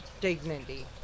dignity